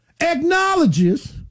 acknowledges